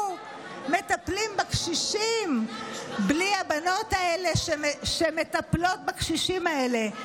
מטפלים בקשישים בלי הבנות האלה שמטפלות בקשישים האלה.